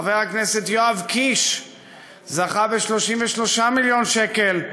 חבר הכנסת יואב קיש זכה ב-33 מיליון שקל,